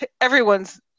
everyone's